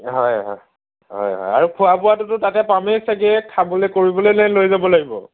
হয় হয় হয় আৰু খোৱা বোৱটো তাতে পামেই চাগে খাবলৈ কৰিবলৈ নে লৈ যাব লাগিব